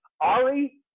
Ari